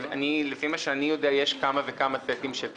לפי מה שאני יודע, יש כמה וכמה סטים של תקנות.